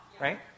right